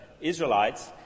Israelites